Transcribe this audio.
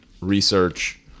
research